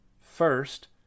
First